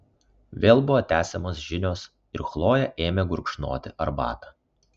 vėl buvo tęsiamos žinios ir chlojė ėmė gurkšnoti arbatą